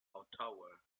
ottawa